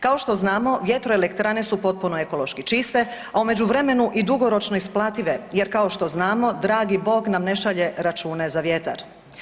Kao što znamo vjetroelektrane su potpuno ekološki čiste, a u međuvremenu i dugoročno isplative jer kao što znamo dragi Bog nam ne šalje račune za vjetar.